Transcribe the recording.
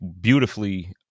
beautifully